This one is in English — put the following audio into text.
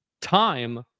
time